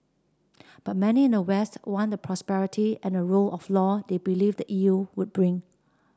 but many in the west want the prosperity and the rule of law they believe the E U would bring